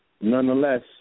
Nonetheless